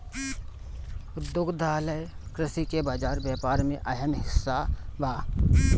दुग्धशाला कृषि के बाजार व्यापार में अहम हिस्सा बा